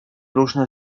różne